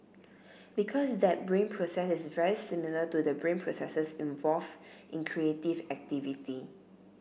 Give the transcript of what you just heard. because that brain process is very similar to the brain processes involve in creative activity